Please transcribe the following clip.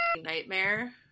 Nightmare